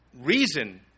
reason